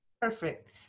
Perfect